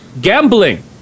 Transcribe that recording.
gambling